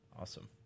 Awesome